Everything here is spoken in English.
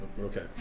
Okay